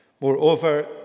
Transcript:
Moreover